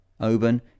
Oban